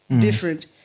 different